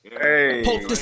hey